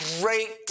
great